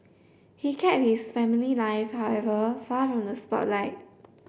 he kept his family life however far from the spotlight